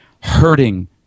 hurting